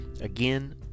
Again